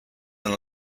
and